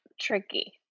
tricky